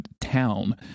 town